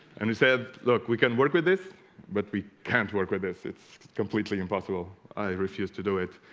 and we said look we can work with this but we can't work with this it's completely impossible i refused to do it